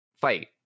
fight